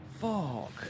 Fuck